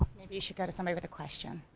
maybe you should get somebody with a question,